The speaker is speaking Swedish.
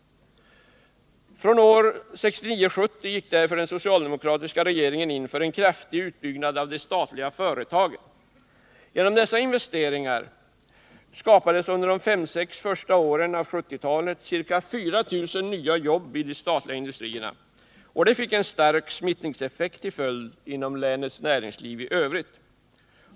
Från 1969/70 gick därför den socialdemokratiska regeringen in för en kraftig utbyggnad av de statliga företagen. Genom dessa investeringar skapades under de fem-sex första åren av 1970-talet ca 4 000 nya jobb i de statliga industrierna, vilket fick en stark smittningseffekt till följd inom länets näringsliv i övrigt.